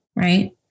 right